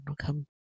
come